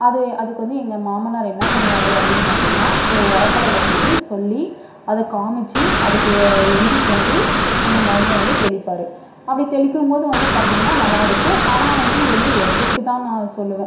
அது அதுக்கு வந்து எங்கள் மாமனார் என்ன பண்ணுவார் அப்படின்னு பார்த்திங்கனா ஒரு உரக்கடையில போயிட்டு சொல்லி அதை காமித்து அதுக்கு எழுதிட்டு வந்து அந்த மருந்தை வந்து தெளிப்பார் அப்படி தெளிக்கும் போது வந்து பார்த்திங்கனா நல்லயிருக்கும் ஆனால் வந்து இது வந்து எஃபெக்ட்டு தான் நான் சொல்லுவேன்